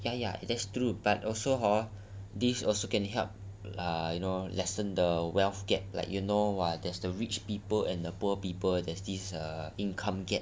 ya ya that's true but also hor this also can help lah you know lessen the wealth gap like you know what there's the rich people and the poor people there's this uh income gap